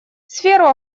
сферу